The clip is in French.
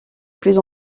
plus